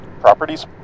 properties